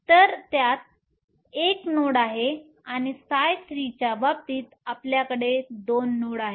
तर त्यात 1 नोड आहे आणि ψ3 च्या बाबतीत आपल्याकडे 2 नोड आहेत